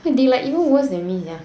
then like even worse than me sia